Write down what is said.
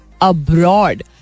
abroad